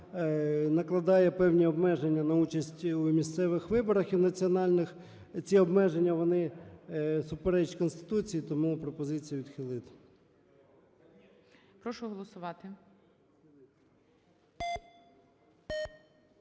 накладає певні обмеження на участь у місцевих виборах і національних, ці обмеження вони суперечать Конституції. Тому пропозиція відхилити.